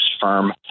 firm